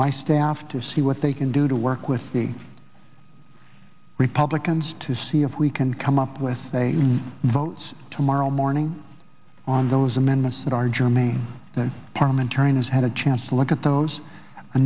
my staff to see what they can do to work with the republicans to see if we can come up with votes tomorrow morning on those amendments that are germy parmenter has had a chance to look at those a